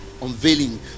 Unveiling